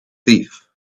thief